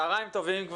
צוהריים טובים.